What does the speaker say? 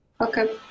Okay